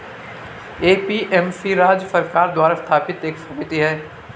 APMC राज्य सरकार द्वारा स्थापित एक समिति है